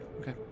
okay